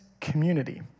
community